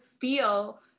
feel